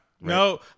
No